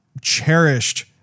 cherished